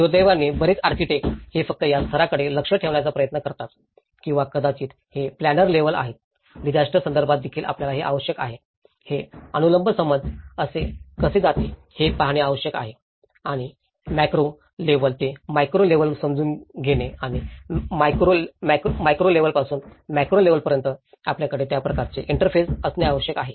दुर्दैवाने बरेच आर्किटेक्ट ते फक्त या स्तराकडे लक्ष देण्याचा प्रयत्न करतात किंवा कदाचित हे प्लॅनर लेवल आहेत डिजास्टर संदर्भात देखील आपल्याला हे आवश्यक आहे हे अनुलंब समज कसे जाते हे पाहणे आवश्यक आहे आणि माक्रो लेवल ते मॅक्रो लेवलसमजून घेणे आणि मॅक्रो लेवलपासून माक्रो लेवलपर्यंत आपल्याकडे त्या प्रकारचे इंटरफेस असणे आवश्यक आहे